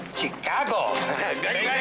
Chicago